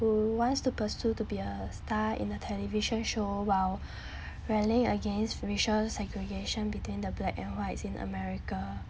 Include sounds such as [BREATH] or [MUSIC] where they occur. who wants to pursue to be a star in a television show while [BREATH] rallying against racial segregation between the black and whites in america